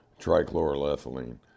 trichloroethylene